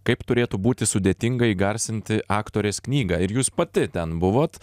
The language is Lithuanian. kaip turėtų būti sudėtinga įgarsinti aktorės knygą ir jūs pati ten buvot